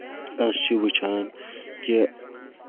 أسۍ چھِ وٕچھان کہِ